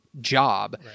job